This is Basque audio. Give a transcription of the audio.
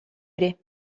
ere